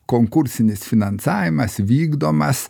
konkursinis finansavimas vykdomas